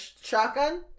shotgun